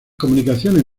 comunicaciones